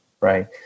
Right